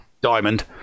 diamond